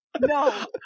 No